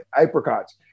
apricots